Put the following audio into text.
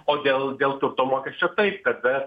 o dėl dėl turto mokesčio taip kada